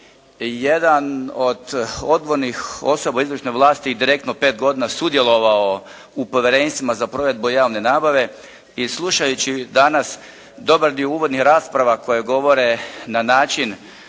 jedan od odgovornih osoba u izvršnoj vlasti i direktno pet godina sudjelovao u povjerenstvima za provedbu javne nabave i slušajući danas dobar dio uvodnih rasprava koje govore na način